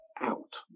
out